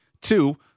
Two